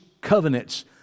covenants